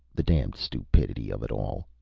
the damned stupidity of it all.